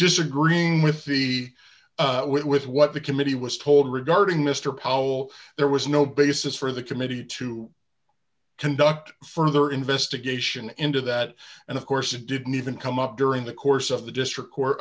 disagreeing with the with what the committee was told regarding mr powell there was no basis for the committee to conduct further investigation into that and of course it didn't even come up during the course of the district co